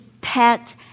pet